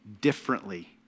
differently